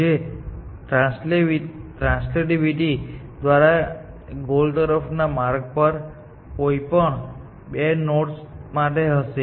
જે ટ્રાન્સવિટિવિટી દ્વારા તે ગોલ તરફના માર્ગ પર ના કોઈપણ 2 નોડ્સ માટે હશે